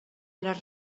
les